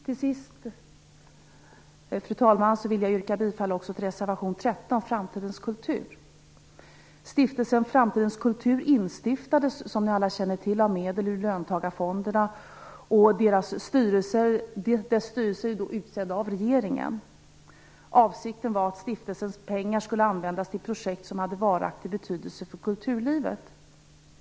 Till sist vill jag också yrka bifall till reservation Som ni alla känner till instiftades Stiftelsen Framtidens kultur av medel ur löntagarfonderna. Dess styrelse är utsedd av regeringen. Avsikten var att stiftelsens pengar skulle användas till projekt som hade varaktig betydelse för kulturlivet.